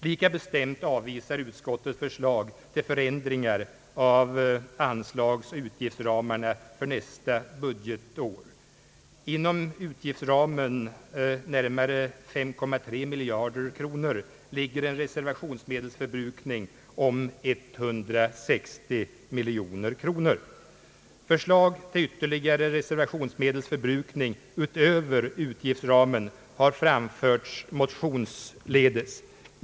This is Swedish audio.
Lika bestämt avvisar utskottet förslag till förändringar av anslagsoch utgiftsramarna för nästa budgetår. Inom utgiftsramen, närmare 5,3 miljarder kronor, ligger en reservationsmedelsförbrukning om 160 miljoner kronor. Förslag till ytterligare reservationsmedelsförbrukning utöver utgiftsramen har framförts motionsledes.